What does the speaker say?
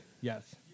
Yes